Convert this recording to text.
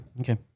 Okay